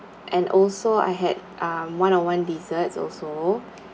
and also I had um one on one desserts also